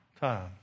time